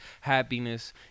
happiness